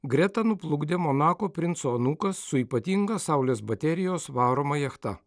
gretą nuplukdė monako princo anūkas su ypatinga saulės baterijos varoma jachta